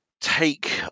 take